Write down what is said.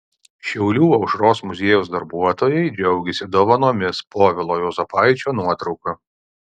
šiaulių aušros muziejaus darbuotojai džiaugiasi dovanomis povilo juozapaičio nuotrauka